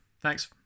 Thanks